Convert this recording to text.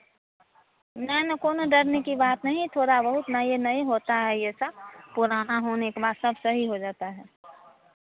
नहीं नहीं कौनो डरने की बात नहीं थोड़ा बहुत नये नये होता है ये सब पुराना होने के बाद सब सही हो जाता है